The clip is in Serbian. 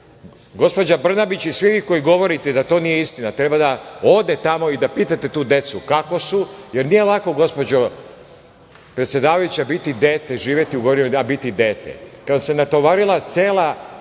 Brnabić i svi vi koji govorite da to nije istina treba da odete tamo i da pitate tu decu kako su, jer nije lako, gospođo predsedavajuća, biti dete, živeti tamo, a biti dete